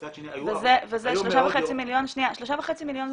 מצד שני היו מאות דירות --- ושלושה וחצי מיליון זה